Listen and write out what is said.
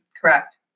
Correct